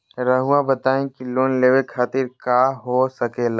रउआ बताई की लोन लेवे खातिर काका हो सके ला?